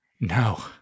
No